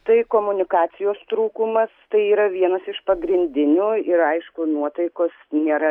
tai komunikacijos trūkumas tai yra vienas iš pagrindinių ir aišku nuotaikos nėra